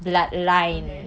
okay